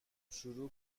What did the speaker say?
شروع